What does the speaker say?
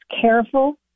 careful